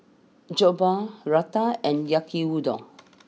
Jokbal Raita and Yaki Udon